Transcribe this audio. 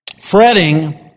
fretting